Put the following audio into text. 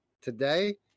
today